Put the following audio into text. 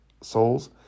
souls